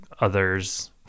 others